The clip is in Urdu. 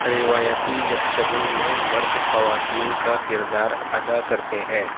روایتی یکشگن میں مرد خواتین کا کردار ادا کرتے ہیں